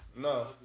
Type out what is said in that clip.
no